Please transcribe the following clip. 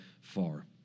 far